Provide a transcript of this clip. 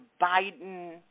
Biden